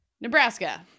Nebraska